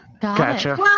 Gotcha